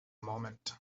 moment